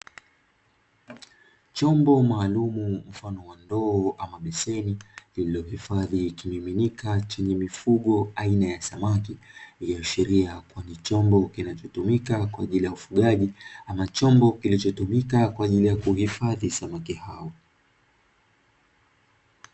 Chombo maalumu mfano wa ndoo ama beseni, lililohifadhi kimiminika chenye mifugo aina ya samaki, ikiashiria ni chombo kinachotumika kwa ajili ya ufugaji, ama chombo kinachotumika kwenye kuhifadhi samaki hao.